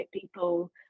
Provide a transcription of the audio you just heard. people